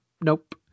nope